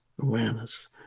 awareness